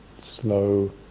slow